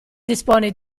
dispone